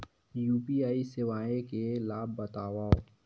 UPI सेवाएं के लाभ बतावव?